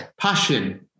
Passion